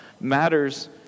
matters